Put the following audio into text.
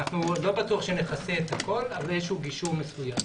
לא בטוח שנכסה את הכול אבל איזשהו גישור מסוים.